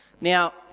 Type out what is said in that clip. Now